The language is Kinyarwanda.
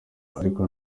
ariko